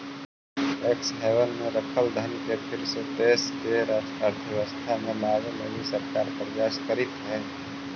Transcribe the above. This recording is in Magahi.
टैक्स हैवन में रखल धन के फिर से देश के अर्थव्यवस्था में लावे लगी सरकार प्रयास करीतऽ हई